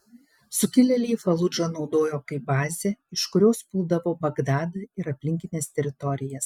sukilėliai faludžą naudojo kaip bazę iš kurios puldavo bagdadą ir aplinkines teritorijas